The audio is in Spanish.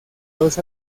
dos